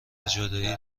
جدایی